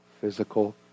physical